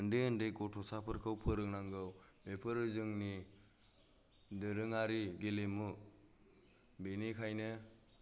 उन्दै उन्दै गथ'साफोरखौ फोरोंनांगौ बेफोरो जोंनि दोरोङारि गेलेमु बेनिखायनो